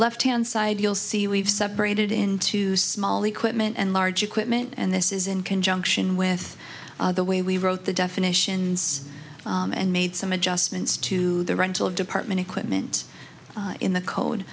left hand side you'll see we've separated into small equipment and large equipment and this is in conjunction with the way we wrote the definitions and made some adjustments to the rental of department equipment in the co